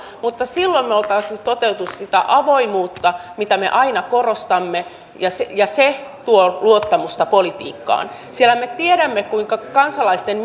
mutta silloin me olisimme toteuttaneet sitä avoimuutta mitä me aina korostamme ja ja se tuo luottamusta politiikkaan sillä me tiedämme kuinka kansalaisten